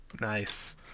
Nice